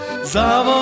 za